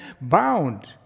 bound